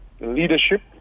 leadership